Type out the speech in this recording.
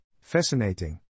Fascinating